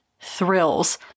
thrills